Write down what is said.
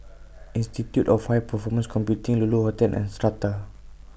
Institute of High Performance Computing Lulu Hotel and Strata